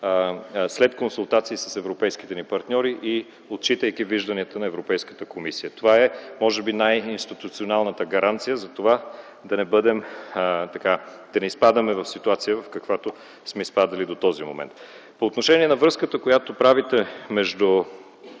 след консултации с европейските ни партньори и отчитайки виждането на Европейската комисия. Това е, може би най-институционалната гаранция за това да не изпадаме в ситуация, в каквато сме изпадали до този момент. По отношение връзката, която правите между